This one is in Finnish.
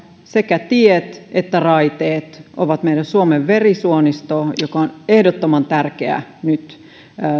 sekä tiet että raiteet on meidän suomen verisuonistoa joka on ehdottoman tärkeää nyt